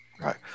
Right